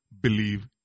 believe